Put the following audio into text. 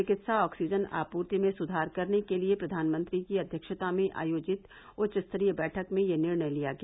चिकित्सा ऑक्सीजन आपूर्ति में सुधार करने के लिए प्रधानमंत्री की अध्यक्षता में आयोजित उच्च स्तरीय बैठक में यह निर्णय लिया गया